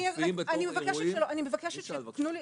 מופיעים בתור אירועים --- אני מבקשת שתתנו לי,